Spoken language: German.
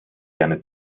gerne